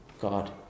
God